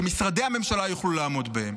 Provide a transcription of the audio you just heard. שמשרדי הממשלה יוכלו לעמוד בהם.